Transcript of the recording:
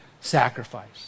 sacrifice